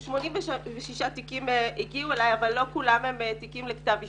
86 תיקים הגיעו אלי אבל לא כולם תיקים לכתב אישום.